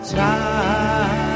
time